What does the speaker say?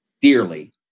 dearly